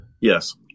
yes